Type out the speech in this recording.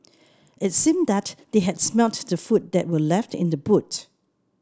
it seemed that they had smelt the food that were left in the boot